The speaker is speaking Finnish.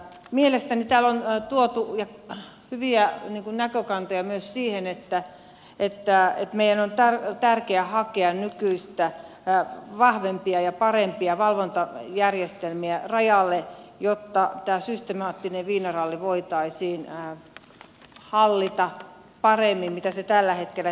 mielestäni täällä on tuotu hyviä näkökantoja myös siihen että meidän on tärkeä hakea nykyistä vahvempia ja parempia valvontajärjestelmiä rajalle jotta tämä systemaattinen viinaralli voitaisiin hallita paremmin kuin mitä se tällä hetkellä tehdään